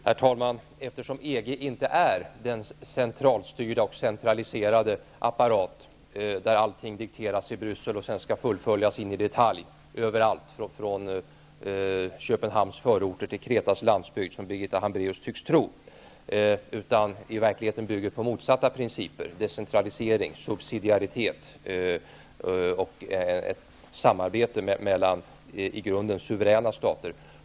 Herr talman! EG är inte en centralstyrd och centraliserad apparat, där allting dikteras i Bryssel och sedan skall fullföljas in i detalj, från Köpenhamns förorter till Kretas landsbygd, något som Birgitta Hambraeus tycks tro. I själva verket bygger EG på motsatta principer: decentralisering, subsidiaritet och samarbete mellan i grunden suveräna stater.